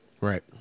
Right